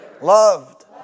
Loved